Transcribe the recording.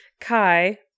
Kai